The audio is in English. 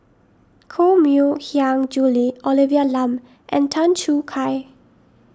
Koh Mui Hiang Julie Olivia Lum and Tan Choo Kai